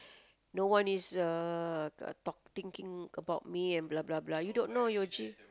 no one is uh talk thinking about me and blah blah blah you don't know you actually